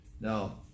now